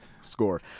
score